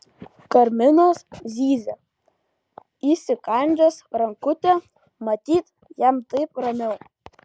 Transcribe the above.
karminas zyzia įsikandęs rankutę matyt jam taip ramiau